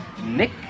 Nick